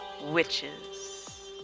witches